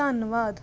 ਧੰਨਵਾਦ